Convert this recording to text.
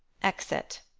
exit